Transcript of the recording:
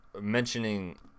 mentioning